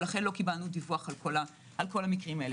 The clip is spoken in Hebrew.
לכן לא קיבלנו דיווח על כל המקרים האלה.